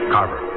Carver